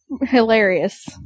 hilarious